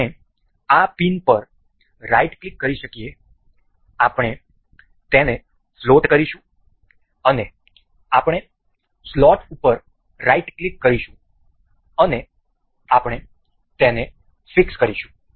આપણે આ પિન પર રાઈટ ક્લિક કરી શકીએ છીએ આપણે તેને ફ્લોટ કરીશું અને આપણે સ્લોટ ઉપર રાઈટ ક્લિક કરીશું અને આપણે તેને ફિક્સ કરીશું